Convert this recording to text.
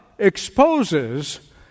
exposes